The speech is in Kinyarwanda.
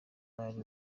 bari